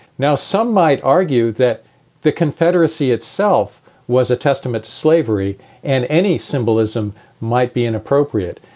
now, some might argue that the confederacy itself was a testament to slavery and any symbolism might be inappropriate.